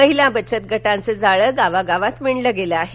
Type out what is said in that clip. महिला बचतगटांचं जाळं गावागावात विणलं गेलं आहे